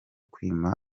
kwima